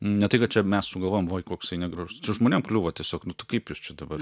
ne tai kad čia mes sugalvojom oi koksai negražus čia žmonėm kliuvo tiesiog nu tai kaip jūs čia dabar